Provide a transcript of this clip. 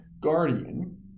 Guardian